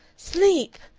sleep!